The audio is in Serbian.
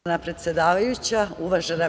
Uvažena predsedavajuća, uvažena